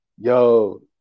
yo